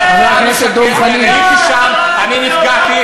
כי אני הייתי שם, אני התפללתי ואני נפגעתי